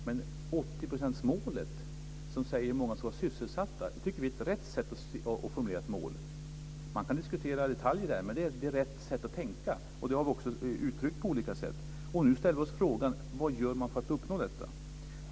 Men 80-procentsmålet, som säger hur många som ska vara sysselsatta, tycker vi är ett rätt sätt att formulera ett mål. Man kan diskutera detaljer där, men det är ett rätt sätt att tänka. Det har vi också uttryckt på olika sätt. Nu ställer vi oss frågan: Vad gör man för att uppnå detta?